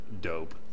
dope